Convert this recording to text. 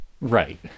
Right